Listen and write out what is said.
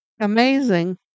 amazing